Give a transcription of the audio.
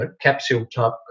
capsule-type